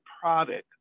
product